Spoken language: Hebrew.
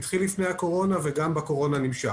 התחיל לפני הקורונה ונמשך גם בקורונה.